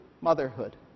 motherhood